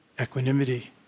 equanimity